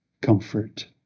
comfort